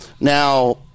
Now